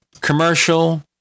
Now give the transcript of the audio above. commercial